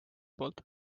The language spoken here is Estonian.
poolt